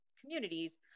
communities